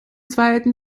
zweiten